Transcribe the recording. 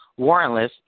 warrantless